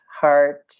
heart